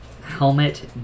helmet